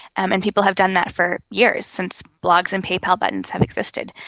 um and people have done that for years, since blogs and paypal buttons have existed.